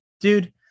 Dude